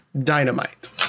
Dynamite